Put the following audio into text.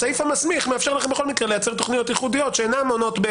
הסעיף המסמיך מאפשר לכם בכל מקרה לייצר תוכניות ייחודיות שאינן עונות,